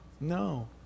No